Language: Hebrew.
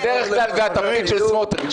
בדרך כלל זה התפקיד של סמוטריץ',